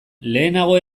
lehenago